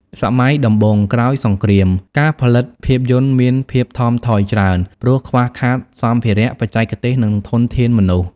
សម័យដំបូងក្រោយសង្គ្រាម ការផលិតភាពយន្តមានការថមថយច្រើន ព្រោះខ្វះខាតសម្ភារៈ បច្ចេកទេស និងធនធានមនុស្ស។